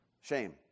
shame